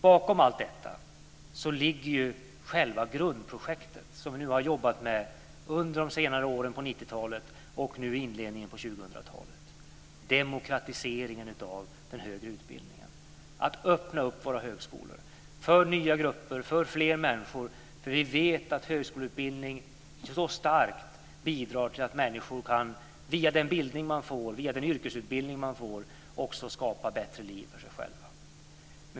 Bakom allt detta ligger själva grundprojektet som vi har jobbat med under de senare åren på 90-talet och nu i inledningen på 2000-talet, dvs. demokratiseringen av den högre utbildningen. Våra högskolor har öppnats upp för nya grupper, för fler människor. Vi vet att högskoleutbildning så starkt bidrar till att människor via den bildning de får, via den yrkesutbildning de får, också kan skapa bättre liv för sig själva.